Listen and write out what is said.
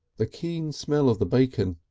the keen smell of the bacon!